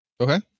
Okay